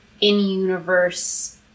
in-universe